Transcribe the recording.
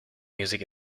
music